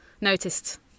noticed